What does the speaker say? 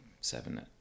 seven